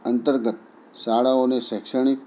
અંતર્ગત શાળાઓને શૈક્ષણિક